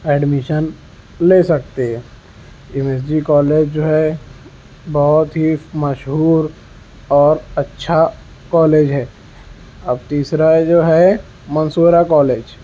admission لے سکتے ہے ایم ایس جی کالج جو ہے بہت ہی مشہور اور اچھا کالج ہے اب تیسرا جو ہے منصورا کالج